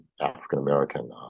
African-American